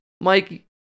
Mike